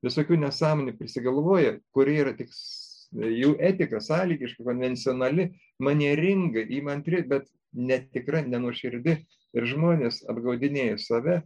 visokių nesąmonių prisigalvoja kuri yra tiks jų etika sąlygiška konvencionali manieringa įmantri bet netikra nenuoširdi ir žmonės apgaudinėja save